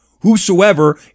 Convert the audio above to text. whosoever